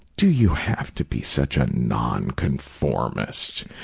do you have to be such a non-conformist?